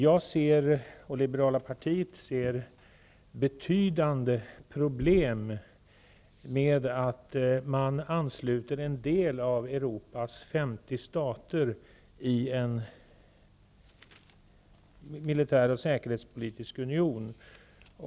Jag och Liberala partiet ser betydande problem i att en del av Europas 50 stater sluts samman i en militäroch säkerhetspolitisk union.